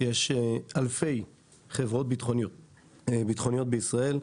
יש אלפי חברות ביטחוניות בישראל.